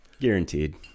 guaranteed